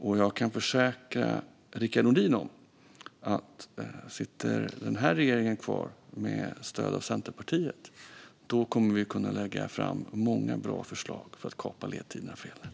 Jag kan också försäkra Rickard Nordin att om den här regeringen sitter kvar med stöd av Centerpartiet kommer vi att kunna lägga fram många bra förslag för att kapa ledtiderna för elnät.